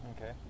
Okay